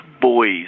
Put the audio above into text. Boys